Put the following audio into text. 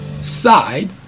side